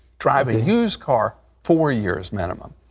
drive a used car four years minimum.